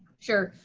sure,